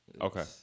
okay